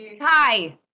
Hi